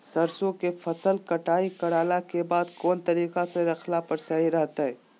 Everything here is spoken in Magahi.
सरसों के फसल कटाई करला के बाद कौन तरीका से रखला पर सही रहतय?